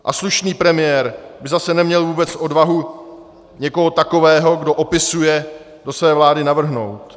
A slušný premiér by zase neměl vůbec odvahu někoho takového, kdo opisuje, do své vlády navrhnout.